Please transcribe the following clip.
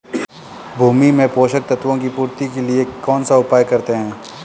भूमि में पोषक तत्वों की पूर्ति के लिए कौनसा उपाय करते हैं?